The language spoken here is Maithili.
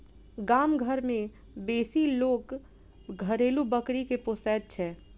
गाम घर मे बेसी लोक घरेलू बकरी के पोसैत छै